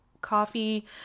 coffee